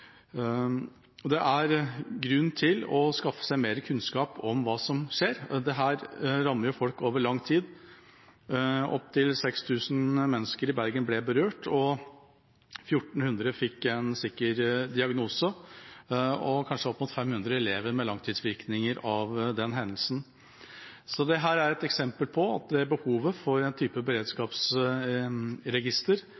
Det er grunn til å skaffe seg mer kunnskap om hva som skjer. Dette rammer folk over lang tid; opp til 6 000 mennesker i Bergen ble berørt, 1 400 fikk en sikker diagnose, og opp mot 500 mennesker lever med langtidsvirkninger etter denne hendelsen. Dette er et eksempel på at det er behov for en type